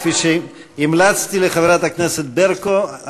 כפי שהמלצתי לחברת הכנסת ברקו,